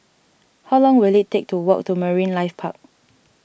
how long will it take to walk to Marine Life Park